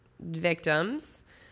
victims